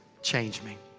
change me.